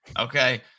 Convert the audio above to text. Okay